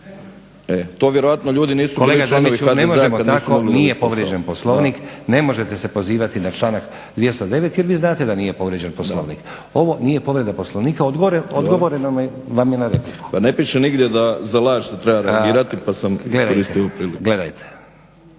Nenad (SDP)** Kolega Drmiću ne možemo tako. Nije povrijeđen Poslovnik, ne možete se pozivati na članak 209. jer vi znate da nije povrijeđen Poslovnik. Ovo nije povreda Poslovnika, odgovoreno vam je na repliku. **Drmić, Ivan (HDSSB)** Pa ne piše nigdje da za laž se treba reagirati pa sam iskoristio